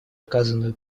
оказанную